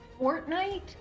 Fortnite